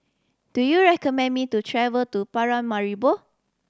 do you recommend me to travel to Paramaribo